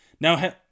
Now